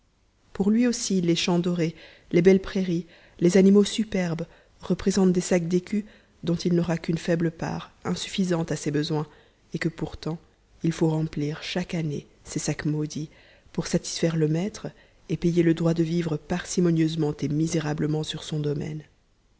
pour lui aussi les champs dorés les belles prairies les animaux superbes représentent des sacs d'écus dont il n'aura qu'une faible part insuffisante à ses besoins et que pourtant il faut remplir chaque année ces sacs maudits pour satisfaire le maître et payer le droit de vivre parcimonieusement et misérablement sur son domaine